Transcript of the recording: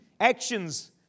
actions